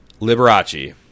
Liberace